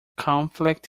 conflict